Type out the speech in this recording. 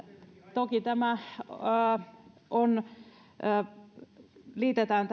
toki tämä liitetään